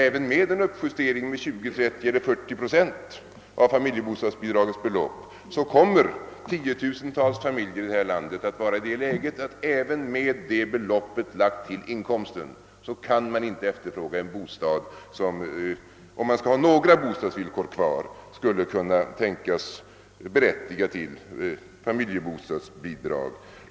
Även med en uppjustering med 20, 30 eller 40 procent av familjebostadsbidragsbeloppet kommer tiotusentals familjer i det här landet att vara i det läget, att de inte — inte ens med detta belopp lagt till inkomsten — kan efterfråga en bostad som, om de skall ha några bostadskrav kvar, skulle kunna tänkas berättiga till familjebostadsbidrag.